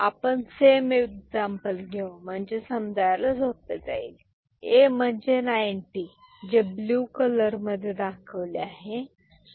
आपण same example घेऊ म्हणजे समजायला सोपे जाईल A म्हणजे 90 जे ब्ल्यू कलर मध्ये दाखवले आहे